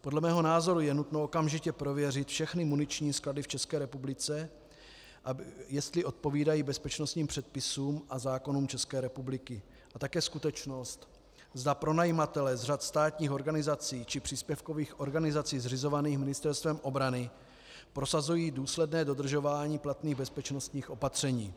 Podle mého názoru je nutno okamžitě prověřit všechny muniční sklady v České republice, jestli odpovídají bezpečnostním předpisům a zákonům České republiky, a také skutečnost, zda pronajímatelé z řad státních organizací či příspěvkových organizací zřizovaných Ministerstvem obrany prosazují důsledné dodržování platných bezpečnostních opatření.